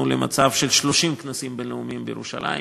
למצב של 30 כנסים בין-לאומיים בירושלים,